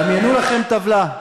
דמיינו לכם טבלה: